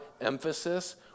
emphasis